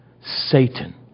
Satan